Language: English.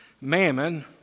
Mammon